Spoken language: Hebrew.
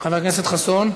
חבר הכנסת חסון,